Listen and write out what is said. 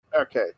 Okay